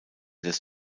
des